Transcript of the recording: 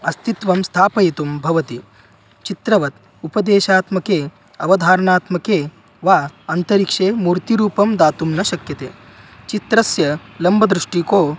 अस्तित्वं स्थापयितुं भवति चित्रवत् उपदेशात्मके अवधारणात्मके वा अन्तरिक्षे मूर्तिरूपं दातुं न शक्यते चित्रस्य लम्बदृष्टिकोणम्